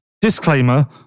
Disclaimer